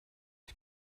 ich